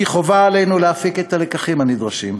כי חובה עלינו להפיק את הלקחים הנדרשים,